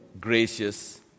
gracious